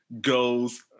goes